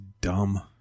dumb